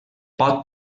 pot